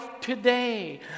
today